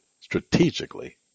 strategically